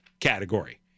Category